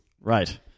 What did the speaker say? right